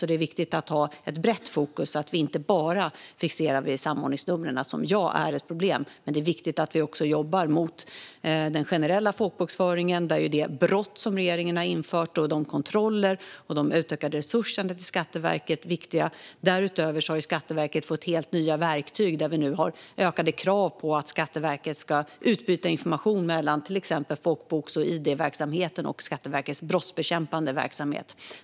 Det är viktigt att ha ett brett fokus så att vi inte bara fixerar på samordningsnumren. De är ett problem. Men det är viktigt att vi också jobbar mot den generella folkbokföringen. Där är de brott som regeringen har infört samt kontroller och utökade resurser till Skatteverket viktiga. Därutöver har Skatteverket fått helt nya verktyg. Vi har nu ökade krav på att Skatteverket ska utbyta information mellan till exempel folkbokföringen, id-verksamheten och Skatteverkets brottsbekämpande verksamhet.